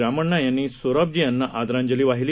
रामण्णा यांनी सोराबजी यांना आदरांजली वाहिली